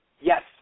Yes